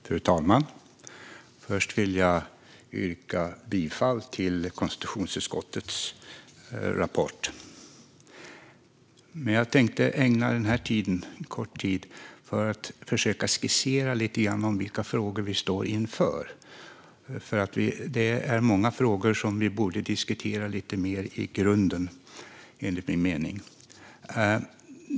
Fru talman! Först vill jag yrka bifall till konstitutionsutskottets förslag i betänkandet. Jag tänkte ägna denna tid åt att lite kort försöka skissera vilka frågor vi står inför. Det är många frågor som vi enligt min mening borde diskutera lite mer i grunden.